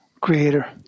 Creator